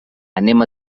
anem